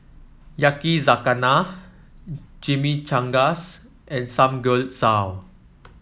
Yakizakana Chimichangas and Samgeyopsal